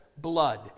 blood